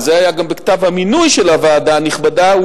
וזה היה גם בכתב המינוי של הוועדה הנכבדה,